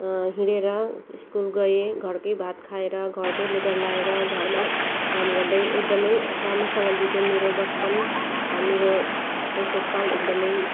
हिँडेर स्कुल गएँ घरकै भात खाएर घरकै लुगा लगाएर घरमा काम गर्दै एकदमै राम्रोसँग बित्यो मेरो बचपन मेरो शैशवकाल एकदमै